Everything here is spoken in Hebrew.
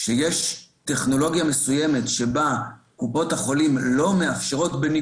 שיש טכנולוגיה מסוימת שבה קופות החולים לא מאפשרות את השימוש והמימוש,